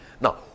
Now